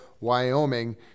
Wyoming